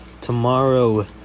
Tomorrow